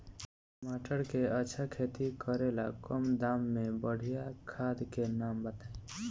टमाटर के अच्छा खेती करेला कम दाम मे बढ़िया खाद के नाम बताई?